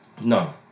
no